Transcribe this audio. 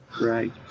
Right